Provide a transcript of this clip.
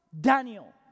Daniel